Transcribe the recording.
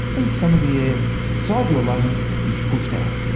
and some of the air inside your lungs is pushed out.